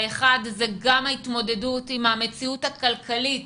האחד הוא גם ההתמודדות עם המציאות הכלכלית